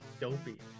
dopey